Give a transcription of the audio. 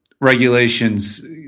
regulations